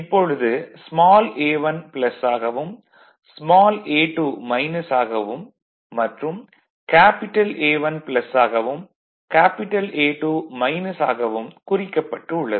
இப்பொழுது small a1 "" ஆகவும் small a2 "-" ஆகவும் மற்றும் கேபிடல் A1 "" ஆகவும் கேபிடல் A2 "-" ஆகவும் குறிக்கப்பட்டு உள்ளது